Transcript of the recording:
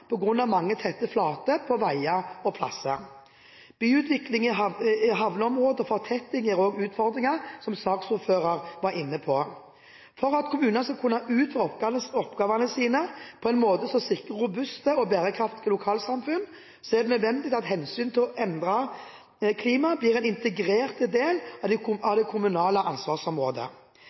av mange tette flater på veier og plasser. Byutvikling i havneområder og fortetting gir også utfordringer, som saksordføreren var inne på. For at kommunene skal kunne utføre oppgavene sine på en måte som sikrer robuste og bærekraftige lokalsamfunn, er det nødvendig at hensynet til et endret klima blir en integrert del av det kommunale ansvarsområdet.